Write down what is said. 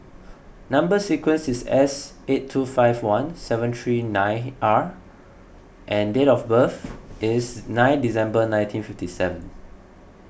Number Sequence is S eight two five one seven three nine R and date of birth is nine December nineteen fifty seven